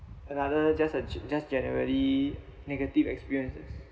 another just uh just generally negative experiences